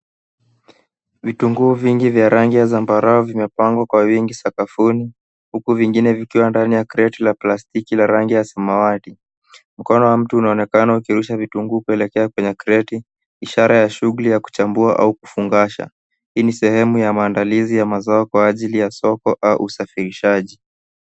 Vitunguu vingi vya rangi ya zambarau vimepangwa kwa wingi sakafuni, huku vingine vikiwa ndani ya kreti la pastiki la rangi ya samawati. Mkono wa mtu unaonekana ukirusha vitunguu kuelekea kwenye kreti, ishara ya shughuli ya kuchambua au kufungasha. Hii ni sehemu ya maandalizi ya mazao kwa ajili ya soko au usafirishaji.